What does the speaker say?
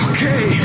Okay